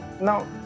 Now